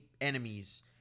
enemies